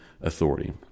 authority